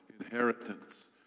inheritance